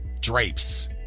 Drape's